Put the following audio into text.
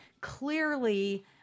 clearly